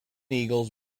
eagles